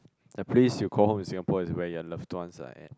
the place you call home in Singapore is where your loved ones are at